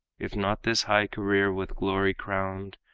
if not this high career, with glory crowned,